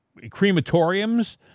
crematoriums